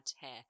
hair